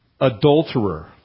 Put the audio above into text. Adulterer